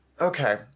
Okay